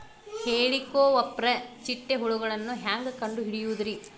ಹೇಳಿಕೋವಪ್ರ ಚಿಟ್ಟೆ ಹುಳುಗಳನ್ನು ಹೆಂಗ್ ಕಂಡು ಹಿಡಿಯುದುರಿ?